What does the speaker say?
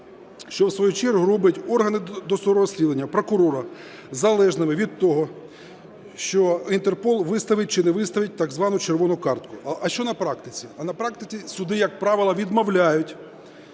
що, в свою чергу, роблять органи досудового розслідування, прокурора залежними від того, що Інтерпол виставить чи не виставить так звану "червону" картку. А що на практиці? А на практиці суди, як правило, відмовляють